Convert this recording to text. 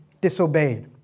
disobeyed